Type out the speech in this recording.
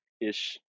ish